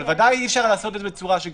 אבל בוודאי שאי-אפשר לעשות את זה בצורה שגרתית.